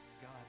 God